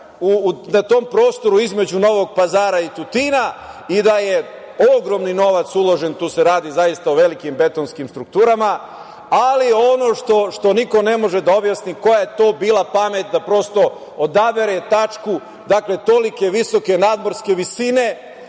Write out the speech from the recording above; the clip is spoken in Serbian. na tom prostoru između Novog Pazara i Tutina i da je ogroman novac uložen. Tu se radi zaista o velikim betonskim strukturama. Ali, ono što niko ne može da objasni, koja je to bila pamet da prosto odabere tačku toliko visoke nadmorske visine,